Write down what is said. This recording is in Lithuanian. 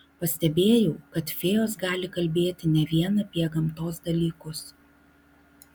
pastebėjau kad fėjos gali kalbėti ne vien apie gamtos dalykus